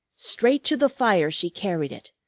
straight to the fire she carried it,